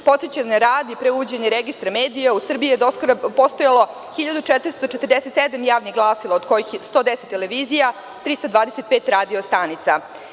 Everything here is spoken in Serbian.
Podsećanja radi, pre uvođenja registra medija, u Srbiji je do skoro postojalo 1.447 javnih glasila, od kojih je 110 televizija i 325 radio stanica.